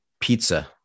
pizza